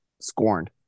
scorned